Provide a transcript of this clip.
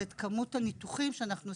זה את כמות הניתוחים שאנחנו עושים,